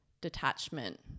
detachment